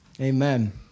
Amen